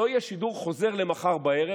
שלא יהיה שידור חוזר למחר בערב,